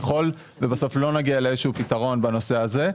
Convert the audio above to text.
ככל שבסוף לא נגיע לאיזה שהוא פתרון בנושא הזה,